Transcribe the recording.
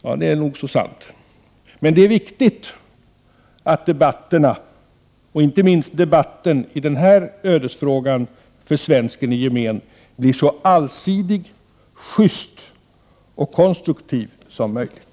Ja, det är så sant som det är sagt. Det är viktigt att debatterna, inte minst debatten i denna ödesfråga för svensken i gemen, blir så allsidiga, justa och konstruktiva som möjligt.